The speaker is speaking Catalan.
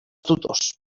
tutors